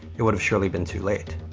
it would've surely been too late.